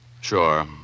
Sure